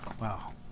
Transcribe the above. Wow